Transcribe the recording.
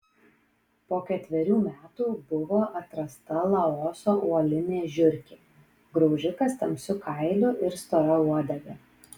po ketverių metų buvo atrasta laoso uolinė žiurkė graužikas tamsiu kailiu ir stora uodega